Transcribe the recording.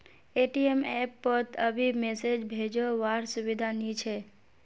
ATM app पोत अभी message भेजो वार सुविधा नी छे